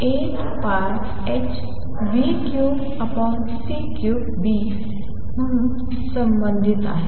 A हे B शी 8πh3c3B म्हणून संबंधित आहे